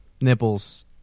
Nipples